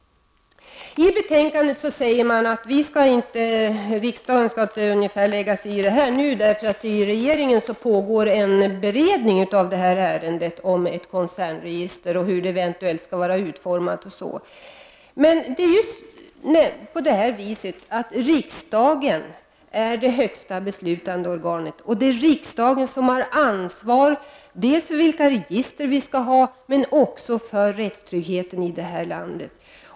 I betänkandet säger man att riksdagen inte skall lägga sig i det här nu, eftersom det i regeringen pågår en beredning av ärendet om ett eventuellt koncernregister och hur det i så fall skall vara utformat. Men riksdagen är ju det högsta beslutande organet, och det är riksdagen som har ansvaret för vilka register vi skall ha och för rättstryggheten här i landet.